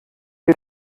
wir